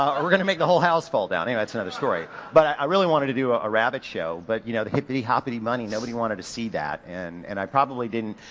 we're gonna make the whole house fall down. anyway that's another story. but i really wanted to do a rabbit show, but you know the hippity hoppity bunny nobody wanted to see that and, and i probably didn't,